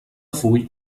full